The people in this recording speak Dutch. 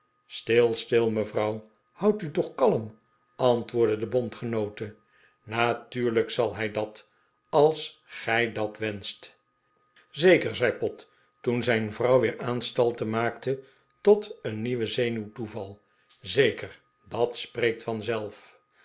stil stil mevrouw houd u toch kalm antwoordde de bondgenoote natuurlijk zal hij dat als gij dat wenscht zeker zei pott toen zijn vrouw weer aanstalten maakte tot een nieuwen zenuwtoeval zekerj dat spreekt